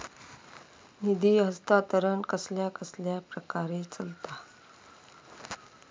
निधी हस्तांतरण कसल्या कसल्या प्रकारे चलता?